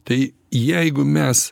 tai jeigu mes